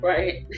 Right